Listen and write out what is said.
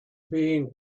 being